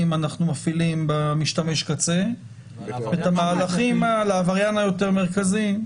אנחנו מפעילים במשתמש קצה ואת המהלכים לעבריין היותר מרכזי.